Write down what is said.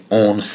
own